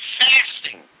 fasting